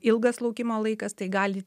ilgas laukimo laikas tai gali